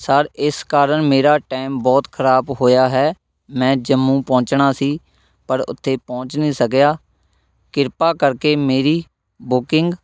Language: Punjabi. ਸਰ ਇਸ ਕਾਰਨ ਮੇਰਾ ਟਾਈਮ ਬਹੁਤ ਖਰਾਬ ਹੋਇਆ ਹੈ ਮੈਂ ਜੰਮੂ ਪਹੁੰਚਣਾ ਸੀ ਪਰ ਉੱਥੇ ਪਹੁੰਚ ਨਹੀਂ ਸਕਿਆ ਕਿਰਪਾ ਕਰਕੇ ਮੇਰੀ ਬੁਕਿੰਗ